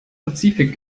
pazifik